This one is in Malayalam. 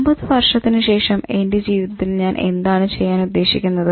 50 വർഷത്തിന് ശേഷം എന്റെ ജീവിത്തൽ ഞാൻ എന്താണ് ചെയ്യാൻ ഉദ്ദേശിക്കുന്നത്